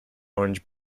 orange